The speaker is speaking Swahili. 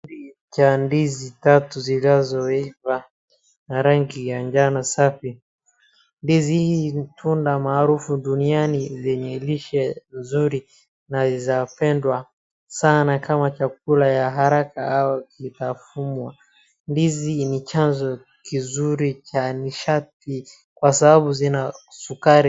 Kipini cha ndizi tatu zinazoiva na rangi ya njano safi. Ndizi hii ni tunda maarufu duniani zenye lishe nzuri na zapendwa sana kama chakula ya haraka au kutafunwa. Ndizi ni chanzo kizuri cha nishati kwa sababu zina sukari.